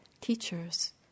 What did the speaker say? teachers